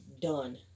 done